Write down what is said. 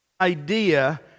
idea